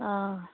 অঁ